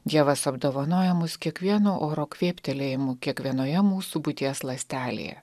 dievas apdovanoja mus kiekvienu oro kvėptelėjimu kiekvienoje mūsų būties ląstelėje